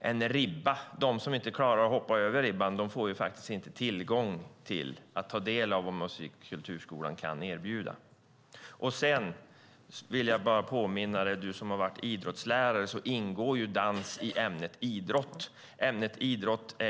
en ribba. De som inte klarar av att hoppa över ribban får inte ta del av det som musik och kulturskolan kan erbjuda. Sedan vill jag bara påminna Per Lodenius som har varit idrottslärare om att dans ingår i ämnet idrott. Ämnet idrott